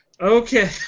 Okay